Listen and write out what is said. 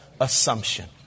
assumption